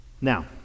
Now